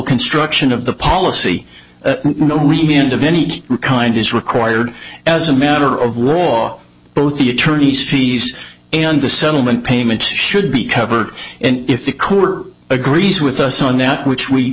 construction of the policy no hint of any kind is required as a matter of war both the attorney's fees and the settlement payments should be covered and if the court agrees with us on that which we